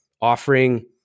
offering